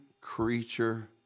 creature